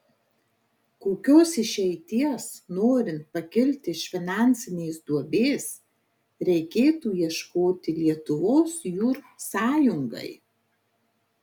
kokios išeities norint pakilti iš finansinės duobės reikėtų ieškoti lietuvos jūr sąjungai